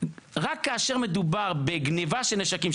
רק כאשר מדובר בגניבה של נשקים,